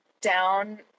down